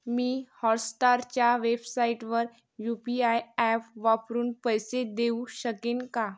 मी हॉटस्टारच्या वेबसाइटवर U P I app वापरून पैसे देऊ शकेन का